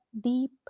deep